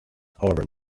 however